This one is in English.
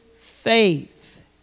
faith